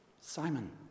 Simon